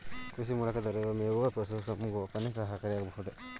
ಕೃಷಿ ಮೂಲಕ ದೊರೆತ ಮೇವು ಪಶುಸಂಗೋಪನೆಗೆ ಸಹಕಾರಿಯಾಗಬಹುದೇ?